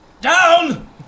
down